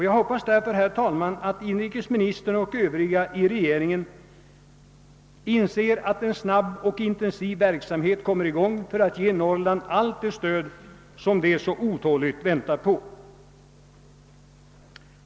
Jag hoppas, herr talman, att inrikesministern och övriga regeringsmedlemmar inser att en snabb och intensiv verksamhet måste komma i gång för att ge Norrland allt det stöd som det så otåligt väntar på.